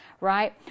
right